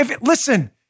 Listen